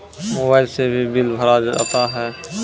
Mobile से भी bill भरा जाता हैं?